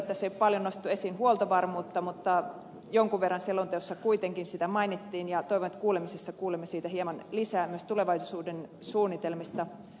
tässä ei ole paljon nostettu esiin huoltovarmuutta mutta jonkun verran selonteossa kuitenkin siitä mainittiin ja toivon että kuulemisessa kuulemme siitä hieman lisää myös tulevaisuuden suunnitelmista